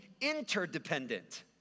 interdependent